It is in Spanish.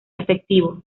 efectivo